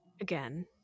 again